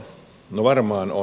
no varmaan on